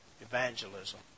evangelism